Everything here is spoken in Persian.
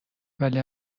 ولی